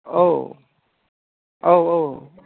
औ औ औ